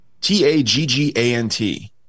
T-A-G-G-A-N-T